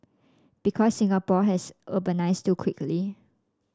because Singapore has urbanised too quickly